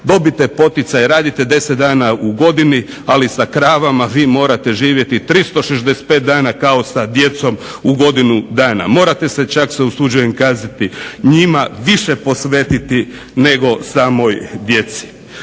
dobite poticaje, radite 10 dana u godini. Ali sa kravama vi morate živjeti 365 dana kao sa djecom u godinu dana. Morate se čak se usuđujem kazati njima više posvetiti nego samoj djeci.